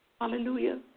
Hallelujah